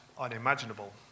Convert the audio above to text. unimaginable